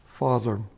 Father